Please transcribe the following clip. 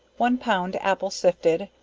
one pound apple sifted,